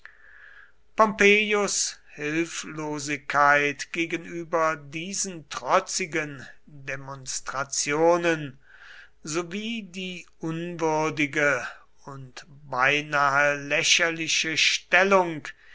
hilflosigkeit gegenüber diesen trotzigen demonstrationen sowie die unwürdige und beinahe lächerliche stellung